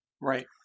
Right